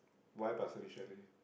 why Pasir-Ris chalet